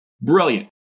Brilliant